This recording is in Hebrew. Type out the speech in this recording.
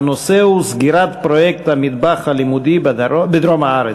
והנושא הוא: סגירת פרויקט "המטבח הלימודי" בדרום הארץ.